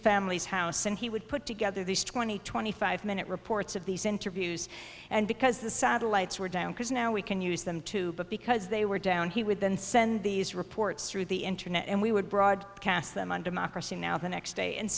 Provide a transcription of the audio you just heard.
family's house and he would put together these twenty twenty five minute reports of these interviews and because the satellites were down because now we can use them to but because they were down he would then send these reports through the internet and we would broadcast them on democracy now the next day and